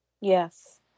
Yes